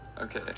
Okay